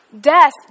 death